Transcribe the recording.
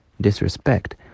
disrespect